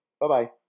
Bye-bye